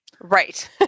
Right